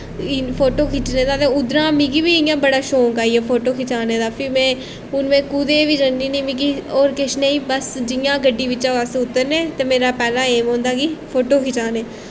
photo खिच्चने दा ते उद्धरा मिगी बी इ'यां बड़ा शौंक आई गेआ फोटो खचाने दा फ्ही में हून में कुदै बी जन्नी नी मिगी होर किश नेईं बस जियां गड्डी बिच्चा अस उतरने ते मेरा पैह्ला एह् होंदा कि फोटो खचाने